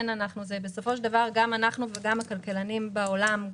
בסופו של דבר גם אנחנו וגם הכלכלנים בעולם,